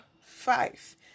five